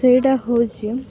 ସେଇଟା ହେଉଛି